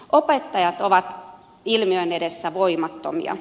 opettajat ovat ilmiön edessä voimattomia